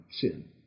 sin